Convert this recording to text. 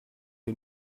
que